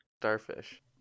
Starfish